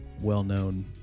well-known